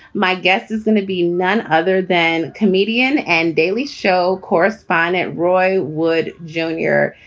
my guest is going to be none other than comedian and daily show correspondent roy wood junior.